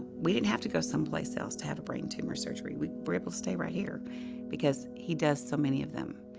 we didn't have to go someplace else to have a brain tumor surgery. we were able to stay right here because he does so many of them.